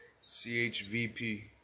C-H-V-P